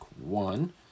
one